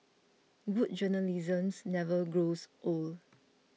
good journalisms never grows old